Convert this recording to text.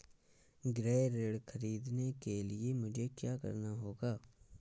गृह ऋण ख़रीदने के लिए मुझे क्या करना होगा?